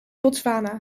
botswana